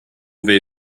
they